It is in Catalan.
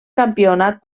campionat